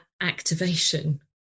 activation